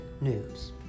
News